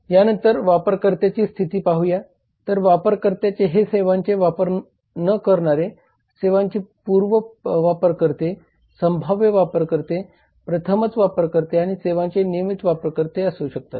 यानंतर वापरकर्त्याची स्थिती पाहूया तर वारकरते हे सेवांचे वापर न करणारे सेवांचे पूर्व वापरकरते संभाव्य वापरकरते प्रथमच वापरकरते किंवा सेवांचा नियमित वापरकरते असे असू शकतात